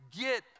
get